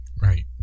Right